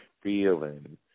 feeling